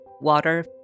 water